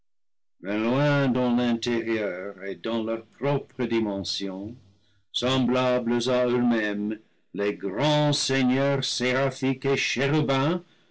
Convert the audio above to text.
loin dans l'intérieur et dans leurs propres dimensions semblables à eux-mêmes les grands seigneurs séraphiques et chérubins